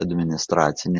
administracinis